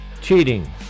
cheating